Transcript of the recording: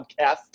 podcast